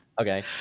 Okay